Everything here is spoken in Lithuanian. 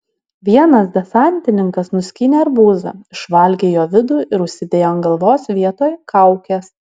vienas desantininkas nuskynė arbūzą išvalgė jo vidų ir užsidėjo ant galvos vietoj kaukės